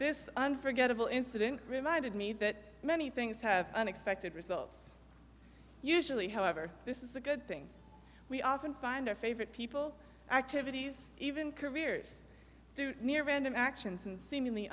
this unforgettable incident reminded me that many things have unexpected results usually however this is a good thing we often find our favorite people activities even careers through mere random actions and seemingly